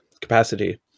capacity